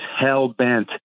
hell-bent